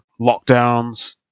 lockdowns